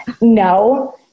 no